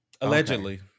allegedly